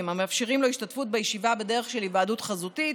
המאפשרים לו השתתפות בדרך של היוועדות חזותית